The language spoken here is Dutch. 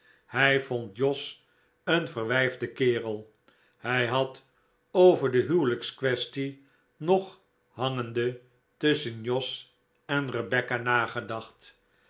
hij vond jos een verwijfden kerel hij had over de huwelijksquaestie nog hangende tusschen jos en rebecca